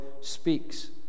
speaks